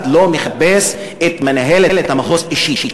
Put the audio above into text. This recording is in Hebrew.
אף אחד לא מחפש את מנהלת המחוז אישית.